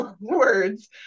words